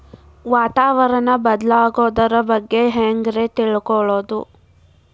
ವಾತಾವರಣ ಬದಲಾಗೊದ್ರ ಬಗ್ಗೆ ಹ್ಯಾಂಗ್ ರೇ ತಿಳ್ಕೊಳೋದು?